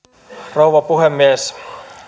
rouva puhemies